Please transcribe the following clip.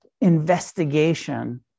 investigation